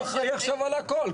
אז הוא אחראי עכשיו על הכל.